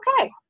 okay